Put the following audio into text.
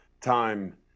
time